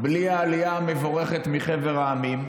בלי העלייה המבורכת מחבר המדינות,